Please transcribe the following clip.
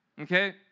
okay